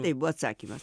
tai buvo atsakymas